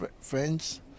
friends